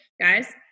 guys